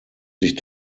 sich